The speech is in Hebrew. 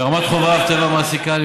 ברמת חובב טבע מעסיקה,